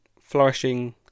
flourishing